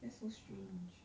that's so strange